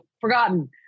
forgotten